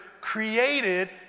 created